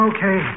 Okay